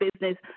business